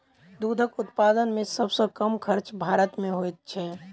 दूधक उत्पादन मे सभ सॅ कम खर्च भारत मे होइत छै